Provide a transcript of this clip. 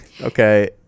Okay